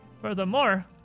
Furthermore